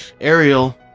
Ariel